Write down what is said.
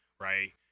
right